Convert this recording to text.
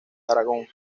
aragón